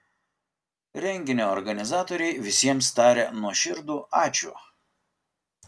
renginio organizatoriai visiems taria nuoširdų ačiū